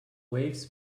waves